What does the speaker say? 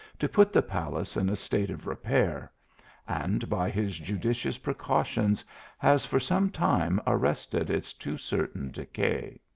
to put the palace in a state of repair and by his judicious precautions has for some time arrested its too certain decay.